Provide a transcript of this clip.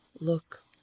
look